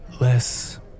less